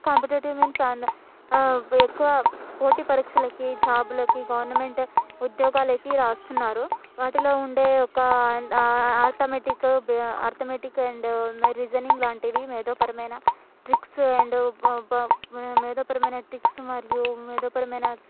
competitive means ఎక్కువ పోటీ పరీక్షలకు జాబ్లకు గవర్నమెంట్ ఉద్యోగాలకు రాస్తున్నారు వాటిలో ఉండే ఒక అర్థమెటిక్ అర్థమెటిక్ అండ్ రీజనింగ్ లాంటివి మేధోపరమైన ట్రిక్స్ అండ్ మేధోపరమైన ట్రిక్స్ మరియు మేధోపరమైన